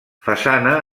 façana